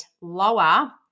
lower